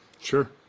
Sure